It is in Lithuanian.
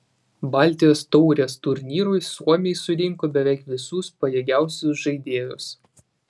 baltijos taurės turnyrui suomiai surinko beveik visus pajėgiausius žaidėjus